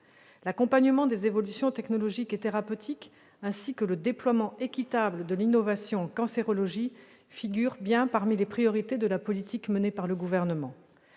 L'accompagnement des évolutions technologiques et thérapeutiques, ainsi que le déploiement équitable de l'innovation en cancérologie figurent parmi les priorités de la politique menée par le Gouvernement.